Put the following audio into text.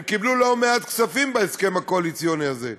הם קיבלו לא מעט כספים בהסכם הקואליציוני הזה,